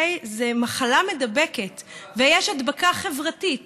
זו מחלה מידבקת ויש הדבקה חברתית,